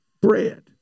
bread